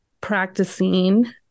practicing